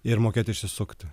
ir mokėti išsisukti